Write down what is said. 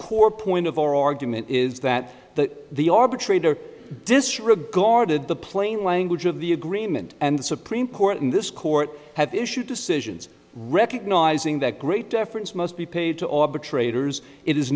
core point of our argument is that the the arbitrator disregarded the plain language of the agreement and the supreme court in this court have issued decisions recognizing that great deference must be paid to arbitrat